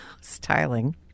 styling